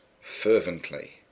fervently